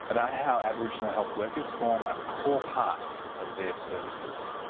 about how aboriginal health workers form a core part of their services.